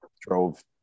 drove